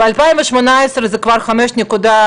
בשנת 2018 זה כבר 5,650,